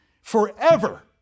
forever